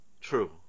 True